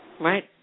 Right